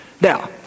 Now